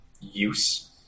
use